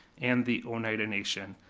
and the oneida nation.